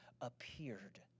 appeared